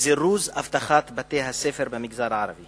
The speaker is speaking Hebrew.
זירוז אבטחת בתי-הספר במגזר הערבי